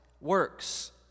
works